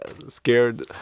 Scared